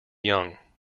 young